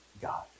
God